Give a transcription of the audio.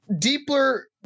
deeper